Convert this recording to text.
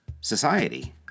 society